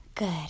Good